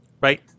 right